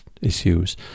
issues